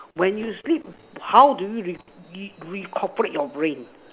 when you sleep how do you re~ re~ recuperate your brain